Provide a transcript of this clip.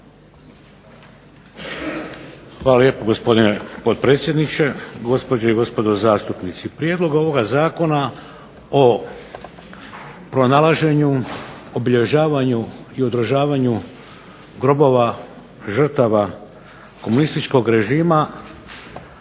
Hvala lijepo gospodine potpredsjedniče, gospođe i gospodo zastupnici. Prijedlog ovoga Zakona o pronalaženju, obilježavanju i održavanju grobova žrtava komunističkog režima